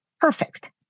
perfect